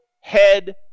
head